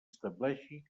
estableixi